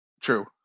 True